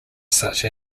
such